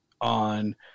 on